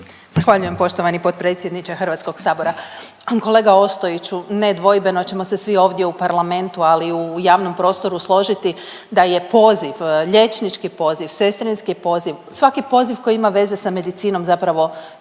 Zahvaljujem poštovani potpredsjedniče Hrvatskog sabora. Kolega Ostojiću nedvojbeno ćemo se svi ovdje u parlamentu ali i u javnom prostoru složiti da je poziv liječnički poziv, sestrinski poziv, svaki poziv koji ima veze sa medicinom zapravo